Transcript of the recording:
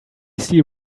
see